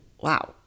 wow